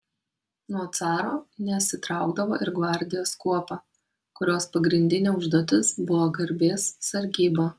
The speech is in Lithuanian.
nuo caro nesitraukdavo ir gvardijos kuopa kurios pagrindinė užduotis buvo garbės sargyba